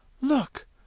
Look